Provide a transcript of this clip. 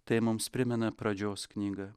tai mums primena pradžios knyga